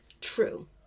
true